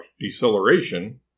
deceleration